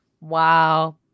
Wow